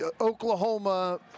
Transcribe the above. Oklahoma